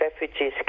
refugees